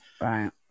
Right